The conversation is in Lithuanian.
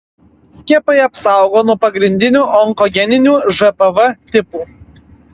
skiepai apsaugo nuo pagrindinių onkogeninių žpv tipų